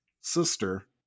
sister